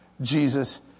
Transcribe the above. Jesus